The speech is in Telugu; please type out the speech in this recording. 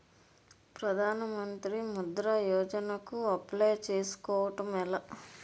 ప్రధాన మంత్రి ముద్రా యోజన కు అప్లయ్ చేసుకోవటం ఎలా?